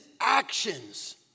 actions